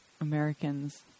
Americans